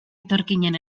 etorkinen